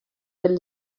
del